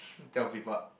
tell people